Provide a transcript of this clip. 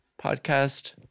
podcast